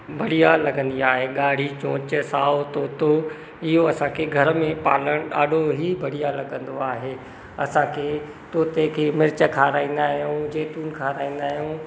बढ़िया लॻंदी आहे गाड़ी चोंच साओ तोतो इहो असांखे घर में पालणु ॾाढो ई बढ़िया लॻंदो आहे असांखे तोते खे मिर्च खाराईंदा आहियूं जेतुन खाराईंदा आहियूं